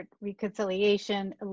reconciliation